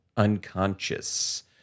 unconscious